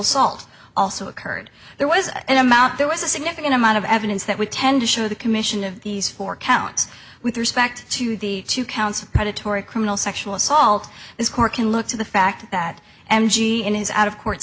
assault also occurred there was an amount there was a significant amount of evidence that would tend to show the commission of these four counts with respect to the two counts of predatory criminal sexual assault this court can look to the fact that m g in his out of court